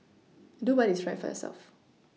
do what is right for yourself